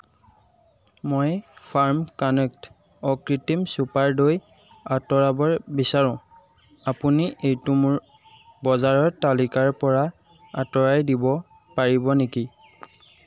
মই farm connect অকৃত্ৰিম super দৈ আঁতৰাব বিচাৰোঁ আপুনি এইটো মোৰ বজাৰৰ তালিকাৰপৰা আঁতৰাই দিব পাৰিব নেকি